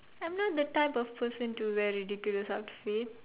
I'm not the type of person to wear ridiculous outfit